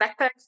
backpack